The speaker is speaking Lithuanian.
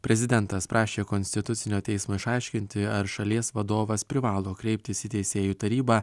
prezidentas prašė konstitucinio teismo išaiškinti ar šalies vadovas privalo kreiptis į teisėjų tarybą